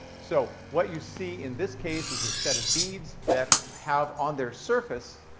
so what you see in this case is a set of beads that have, on their surface,